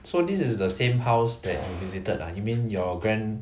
so this is the same house that you visited ah you mean your grand